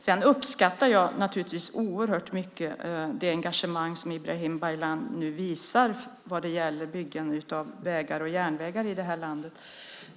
Jag uppskattar oerhört det engagemang som Ibrahim Baylan nu visar för byggandet av vägar och järnvägar i landet.